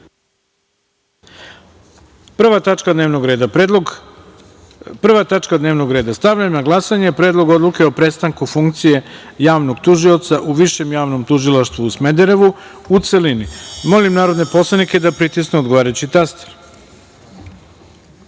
tačka dnevnog reda. Stavljam na glasanje Predlog odluke o prestanku funkcije javnog tužioca, u Višem javnom tužilaštvu, u Smederevu, u celini. Molim narodne poslanike da pritisnu odgovarajući